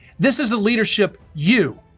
this is the leadership you,